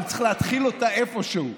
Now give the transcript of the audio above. אבל צריך להתחיל אותה איפשהו,